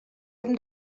hem